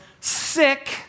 sick